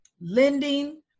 lending